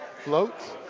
floats